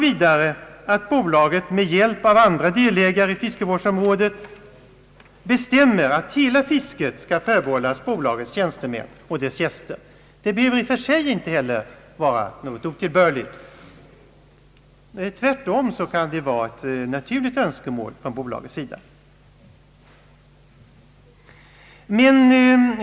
Om bolaget med hjälp av andra delägare inom fiskevårdsområdet bestämmer att allt fiske skall förbehållas bolagets tjänstemän och gäster så behöver inte heller det i och för sig vara något otillbörligt. Tvärtom kan det anses vara ett naturligt önskemål från bolagets sida.